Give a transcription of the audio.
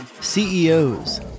CEOs